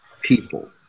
people